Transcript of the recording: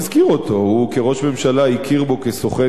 הוא כראש ממשלה הכיר בו כסוכן ישראלי.